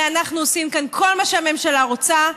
הרי אנחנו עושים כאן כל מה שהממשלה רוצה,